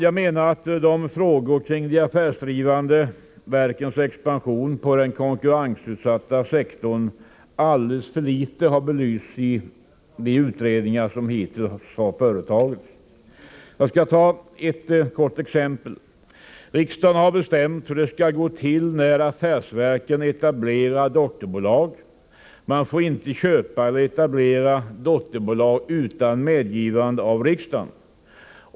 Jag menar att frågorna kring de affärsdrivande verkens expansion på den konkurrensutsatta sektorn alldeles för litet har belysts i de utredningar som hittills har företagits. Jag skall ta ett kort exempel. Riksdagen har bestämt hur det skall gå till när affärsverken etablerar dotterbolag. Man får inte köpa eller etablera dotterbolag utan medgivande av riksdagen.